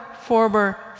former